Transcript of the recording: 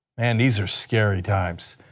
man, these are scary times.